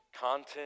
content